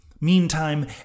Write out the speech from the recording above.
Meantime